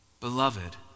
Beloved